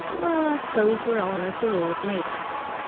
well, i s'pose we're all as the lord made us!